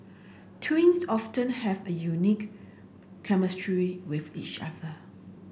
twins have a unique chemistry with each other